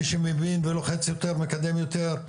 מי שמבין ולוחץ יותר מקדם יותר,